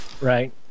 Right